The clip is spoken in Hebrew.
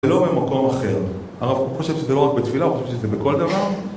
ולא במקום אחר, הרב קוק חושב שזה לא רק בתפילה, הוא חושב שזה בכל דבר